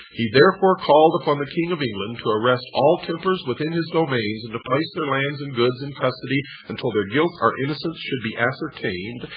he therefore called upon the king of england to arrest all templars within his domains, and to place their lands and goods in custody until their guilt or innocence should be ascertained.